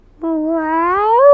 Wow